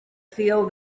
feel